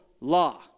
law